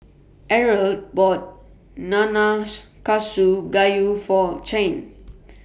Eldred bought Nanakusa Gayu For Chain